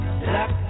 black